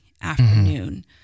afternoon